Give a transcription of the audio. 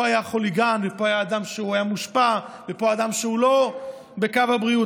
פה היה חוליגן ופה היה אדם שהיה מושפע ופה אדם שהוא לא בקו הבריאות,